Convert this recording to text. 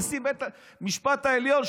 נשיא בית משפט עליון,